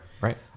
Right